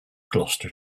gloucester